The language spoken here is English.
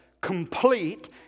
complete